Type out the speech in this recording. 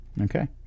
Okay